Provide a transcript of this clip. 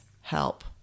help